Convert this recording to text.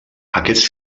aquests